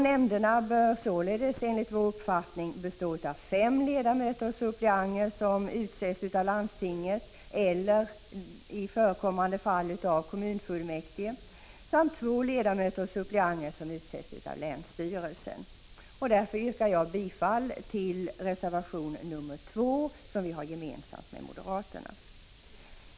Nämnderna bör således enligt vår uppfattning bestå av fem ledamöter och suppleanter som utses av landstinget eller i förekommande fall av kommunfullmäktige samt två ledamöter och suppleanter som utses av länsstyrelsen. Jag yrkar därför bifall till reservation 2, som vi har avgivit tillsammans med moderaterna.